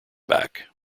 back